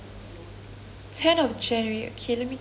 tenth of january okay let me check